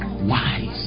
wise